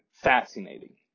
Fascinating